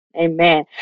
Amen